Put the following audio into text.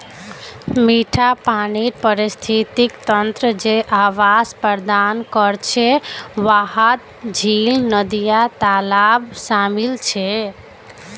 मिठा पानीर पारिस्थितिक तंत्र जे आवास प्रदान करछे वहात झील, नदिया, तालाब शामिल छे